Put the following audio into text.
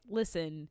listen –